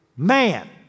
Man